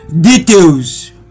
Details